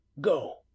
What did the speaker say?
Go